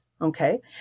okay